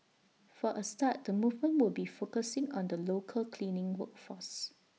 for A start the movement will be focusing on the local cleaning work force